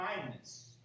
kindness